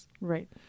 Right